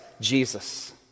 Jesus